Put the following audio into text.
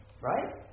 Right